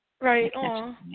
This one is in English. Right